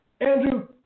Andrew